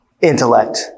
intellect